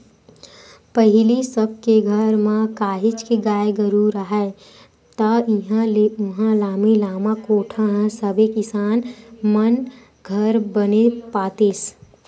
पहिली सब के घर म काहेच के गाय गरु राहय ता इहाँ ले उहाँ लामी लामा कोठा ह सबे किसान मन घर बने पातेस